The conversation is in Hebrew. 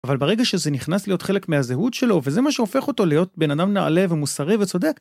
אבל ברגע שזה נכנס להיות חלק מהזהות שלו, וזה מה שהופך אותו להיות בן אדם נעלה ומוסרי וצודק.